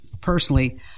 Personally